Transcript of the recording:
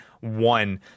one